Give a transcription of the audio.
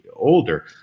older